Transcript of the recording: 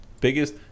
biggest